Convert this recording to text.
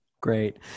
great